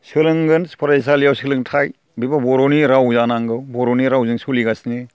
सोलोंगोन फरायसालियाव सोलोंथाइ बेबो बर'नि राव जानांगौ बर'नि रावजों सोलिगासिनो